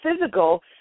physical